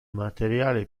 materiale